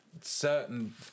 Certain